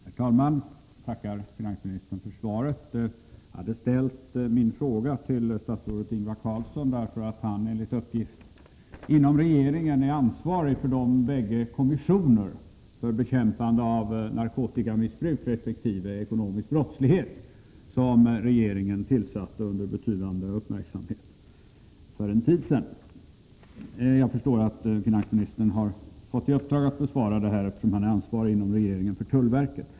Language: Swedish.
Herr talman! Jag tackar finansministern för svaret. Jag hade ställt min fråga till statsrådet Ingvar Carlsson, därför att han enligt uppgift är den som inom regeringen är ansvarig för de bägge kommissioner för bekämpande av narkotikamissbruk resp. ekonomisk brottslighet som regeringen tillsatte under betydande uppmärksamhet för en tid sedan. Jag förstår att finansministern har fått i uppdrag att besvara denna fråga, eftersom det är han inom regeringen som är ansvarig för tullverket.